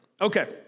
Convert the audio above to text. Okay